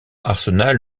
arsenal